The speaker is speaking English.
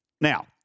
Now